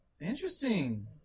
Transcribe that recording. Interesting